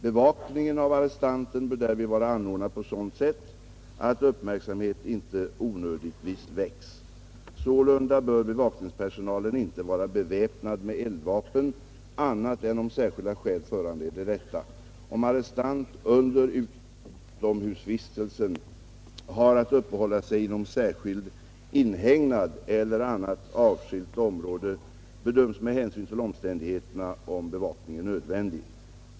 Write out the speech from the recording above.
Bevakningen av arrestanten bör därvid vara anordnad på sådant sätt att uppmärksamhet inte onödigtvis väcks. Sålunda bör bevakningspersonalen inte vara beväpnad med eldvapen annat än om särskilda skäl föranleder detta. Om arrestant under utomhusvistelsen har att uppehålla sig inom särskild inhägnad eller annat avskilt område, bedöms med hänsyn till omständigheterna, om bevakning är nödvändig.